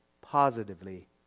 positively